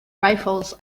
rifles